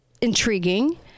intriguing